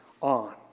on